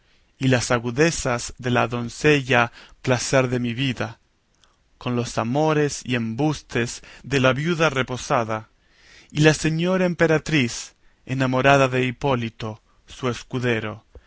y las agudezas de la doncella placerdemivida con los amores y embustes de la viuda reposada y la señora emperatriz enamorada de hipólito su escudero